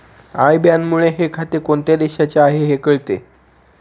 I बॅनमुळे हे खाते कोणत्या देशाचे आहे हे कळते